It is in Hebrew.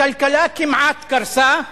הכלכלה כמעט קרסה.